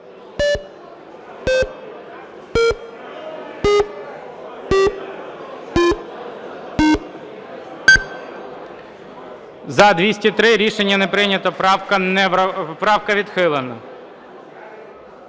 За-203 Рішення не прийнято, правка відхилена.